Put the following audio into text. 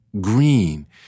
green